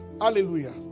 Hallelujah